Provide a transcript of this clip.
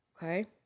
Okay